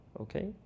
Okay